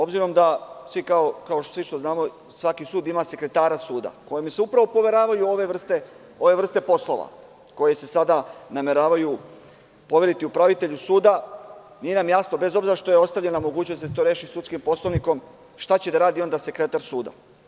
Obzirom da svi znamo da svaki sud ima sekretara suda kome se poveravaju ove vrste poslova koje se sada nameravaju poveriti upravitelju suda, nije nam jasno bez obzira što je ostavljena mogućnost da se to reši sudskim poslovnikom, šta će da radi onda sekretar suda?